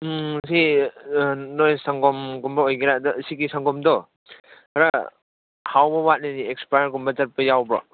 ꯁꯤ ꯅꯣꯏ ꯁꯪꯒꯣꯝꯒꯨꯝꯕ ꯑꯣꯏꯒꯦꯔꯥꯗ ꯁꯤꯒꯤ ꯁꯪꯒꯣꯝꯗꯣ ꯈꯔ ꯍꯥꯎꯕ ꯋꯥꯠꯂꯦꯅꯦ ꯑꯦꯛꯁꯄꯥꯏꯌꯔꯒꯨꯝꯕ ꯆꯠꯄ ꯌꯥꯎꯕ꯭ꯔꯣ